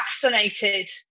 fascinated